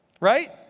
Right